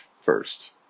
first